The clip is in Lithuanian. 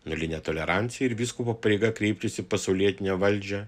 nulinė tolerancija ir vyskupo pareiga kreiptis į pasaulėtinę valdžią